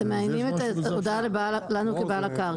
הרשות המקומית, בכל מקרה אתם צריכים לדבר איתה.